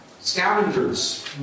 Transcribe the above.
scavengers